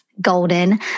golden